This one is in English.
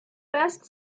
best